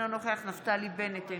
אינו נוכח נפתלי בנט,